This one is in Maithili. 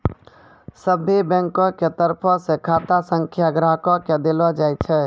सभ्भे बैंको के तरफो से खाता संख्या ग्राहको के देलो जाय छै